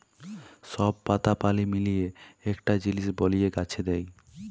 সব পাতা পালি মিলিয়ে একটা জিলিস বলিয়ে গাছে দেয়